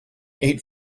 eight